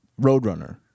Roadrunner